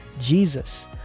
Jesus